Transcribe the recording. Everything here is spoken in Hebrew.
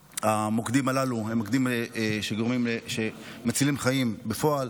והמוקדים הללו הם מוקדים שמצילים חיים בפועל,